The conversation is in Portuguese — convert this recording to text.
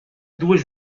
duas